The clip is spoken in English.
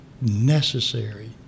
necessary